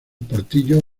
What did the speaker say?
portillo